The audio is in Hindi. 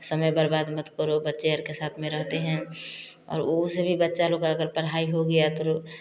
समय बर्बाद मत करो बच्चे के साथ में रहते हैं और उसे भी बच्चे लोगों का अगर पढ़ाई हो गया तो